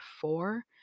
four